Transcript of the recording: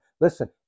Listen